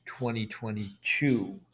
2022